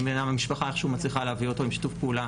אם המשפחה מצליחה להביא אותו איכשהו עם שיתוף פעולה